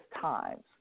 times